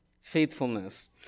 faithfulness